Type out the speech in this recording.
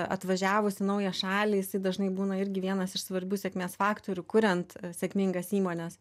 atvažiavus į naują šalį jisai dažnai būna irgi vienas iš svarbių sėkmės faktorių kuriant sėkmingas įmones